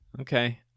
Okay